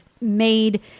made